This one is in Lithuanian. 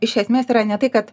iš esmės yra ne tai kad